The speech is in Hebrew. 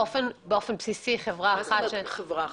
באופן בסיסי חברה אחת --- מה זאת אומרת חברה אחת?